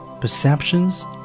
perceptions